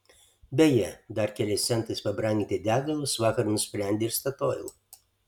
beje dar keliais centais pabranginti degalus vakar nusprendė ir statoil